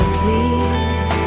please